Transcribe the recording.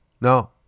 No